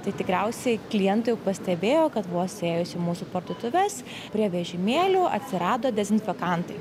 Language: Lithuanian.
tai tikriausiai klientai jau pastebėjo kad vos įėjus į mūsų parduotuves prie vežimėlių atsirado dezinfekantai